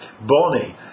Bonnie